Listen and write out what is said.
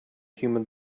human